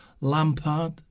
Lampard